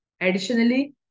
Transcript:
Additionally